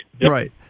Right